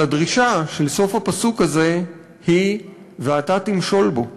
אבל הדרישה של סוף הפסוק הזה היא "ואתה תמשל בו".